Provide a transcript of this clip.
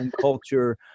culture